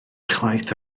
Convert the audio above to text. ychwaith